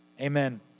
Amen